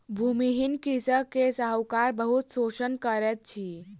भूमिहीन कृषक के साहूकार बहुत शोषण करैत अछि